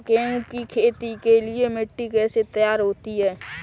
गेहूँ की खेती के लिए मिट्टी कैसे तैयार होती है?